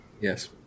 Yes